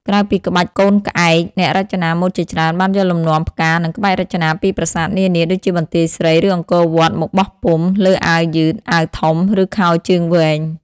ក្រៅពីក្បាច់កូនក្អែក អ្នករចនាម៉ូដជាច្រើនបានយកលំនាំផ្កា និងក្បាច់រចនាពីប្រាសាទនានា ដូចជាបន្ទាយស្រី ឬអង្គរវត្ត មកបោះពុម្ព លើអាវយឺត អាវធំ ឬខោជើងវែង។